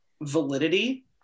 validity